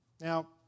Now